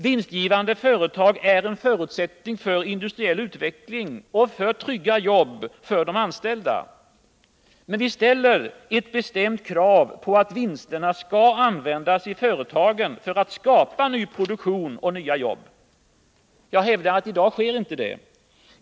Vinstgivande företag är en förutsättning för industriell utveckling och för trygga jobb för de anställda. Men vi ställer ett bestämt krav på att vinsterna skall användas i företagen för att skapa ny produktion och nya jobb. Jag hävdar att det inte sker i dag.